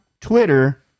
Twitter